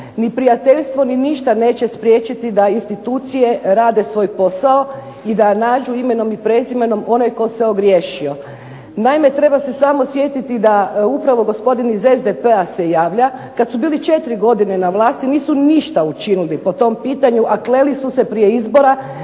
ni prijateljstvo ni ništa neće spriječiti da institucije rade svoj posao i da nađu imenom i prezimenom one koje se ogriješio. Naime, treba se samo sjetiti da upravo gospodin iz SDP-a se javlja kad su bili 4 godine na vlasti nisu ništa učinili po tom pitanju, a kleli su prije izbora